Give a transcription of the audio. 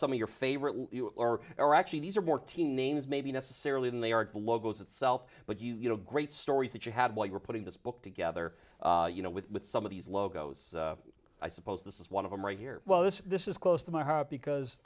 some of your favorite or are actually these are more teen names maybe necessarily than they are the logos itself but you know great stories that you had while you were putting this book together you know with some of these logos i suppose this is one of them right here well this is this is close to my heart because